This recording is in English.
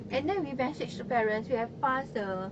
and then we message the parents we have passed the